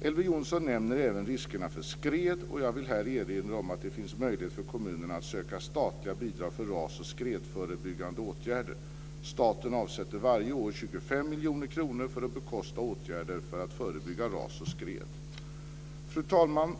Elver Jonsson nämner även riskerna för skred. Jag vill här erinra om att det finns möjlighet för kommunerna att söka statliga bidrag för ras och skredförebyggande åtgärder. Staten avsätter varje år 25 miljoner kronor för att bekosta åtgärder för att förebygga ras och skred. Fru talman!